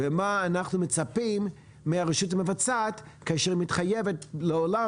ומה אנחנו מצפים מהרשות המבצעת כאשר היא מתחייבת לעולם